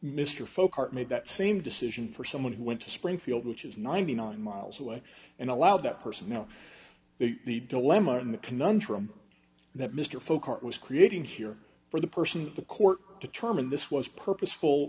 mr folk art made that same decision for someone who went to springfield which is ninety nine miles away and allow that person know it the dilemma in the conundrum that mr folk art was creating here for the person the court determined this was purposeful